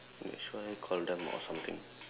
should I call them or something